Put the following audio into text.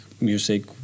Music